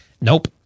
Nope